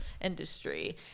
industry